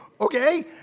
Okay